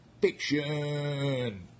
Fiction